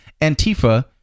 Antifa